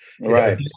Right